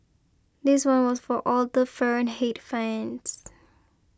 this one was for all the Fahrenheit fans